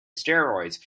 steroids